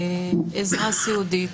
עזרה סיעודית,